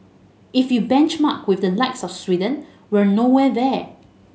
if you benchmark with the likes of Sweden we're nowhere there